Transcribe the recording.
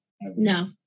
No